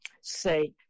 say